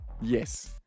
Yes